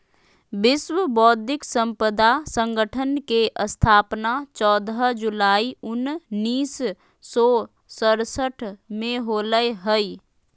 विश्व बौद्धिक संपदा संगठन के स्थापना चौदह जुलाई उननिस सो सरसठ में होलय हइ